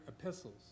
epistles